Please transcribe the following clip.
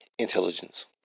Intelligence